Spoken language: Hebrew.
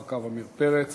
אחר כך, עמיר פרץ